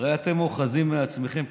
הרי אתם אוחזים מעצמכם,